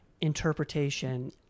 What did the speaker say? interpretation